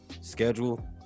schedule